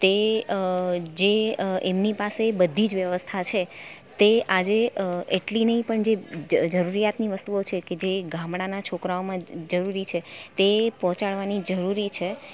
તે જે એમની પાસે બધી જ વ્યવસ્થા છે તે આજે એટલી નહીં પણ જે જરૂરિયાતની વસ્તુઓ છે જે ગામડાનાં છોકરાઓમાં જરૂરી છે તે પહોંચાડવાની જરૂરી છે